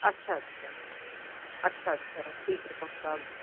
اچھا اچھا اچھا اچھا ٹھیک ہے